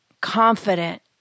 confident